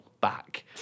back